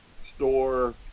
store